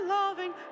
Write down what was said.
loving